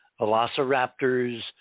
velociraptors